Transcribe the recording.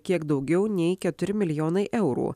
kiek daugiau nei keturi milijonai eurų